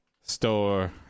store